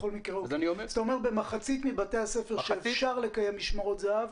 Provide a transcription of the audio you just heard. אתה אומר שבמחצית מבתי הספר שאפשר לקיים משמרות זה"ב.